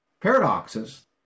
paradoxes